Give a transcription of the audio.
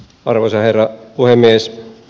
arvoisa herra puhemies